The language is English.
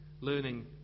learning